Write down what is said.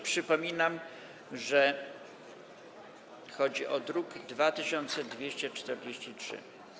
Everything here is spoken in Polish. Przypominam, że chodzi o druk nr 2243.